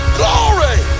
glory